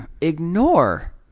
ignore